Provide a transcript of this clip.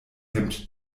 hemd